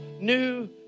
new